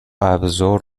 ابزار